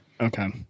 Okay